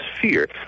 fear